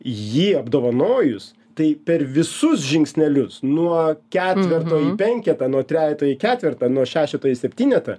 jį apdovanojus tai per visus žingsnelius nuo ketverto į penketą nuo trejeto į ketvertą nuo šešeto į septynetą